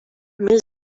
mil